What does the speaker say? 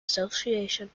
association